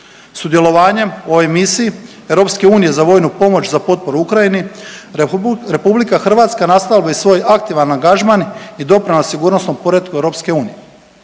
Sudjelovanjem u ovoj misiji Europske unije za vojnu pomoć za potporu Ukrajini Republika Hrvatska nastavila bi svoj aktivan angažman i doprinijela sigurnosnom poretku EU.